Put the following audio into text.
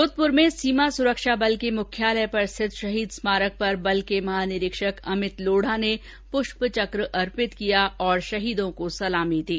जोधप्र में सीमा सुरक्षा बल के मुख्यालय पर स्थित शहीद स्मारक पर बल के महानिरीक्षक अमित लोढा ने पुष्प चक अर्पित किया और शहीदों को सलामी दी